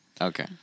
Okay